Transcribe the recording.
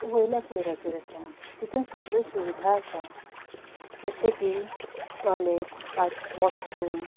वयल्या फ्लोराचेर आसा तितून सगल्यो सुविधा आसा जशें की टॉयलेट वॉशरूम